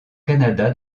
canada